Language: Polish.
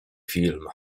film